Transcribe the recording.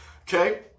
okay